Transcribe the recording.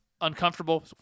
uncomfortable